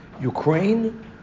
Ukraine